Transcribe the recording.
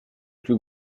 plus